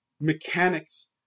mechanics